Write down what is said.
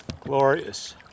glorious